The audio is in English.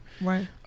right